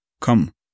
Come